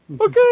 Okay